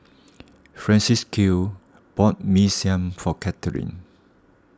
Francisqui bought Mee Siam for Katherine